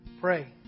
pray